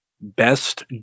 best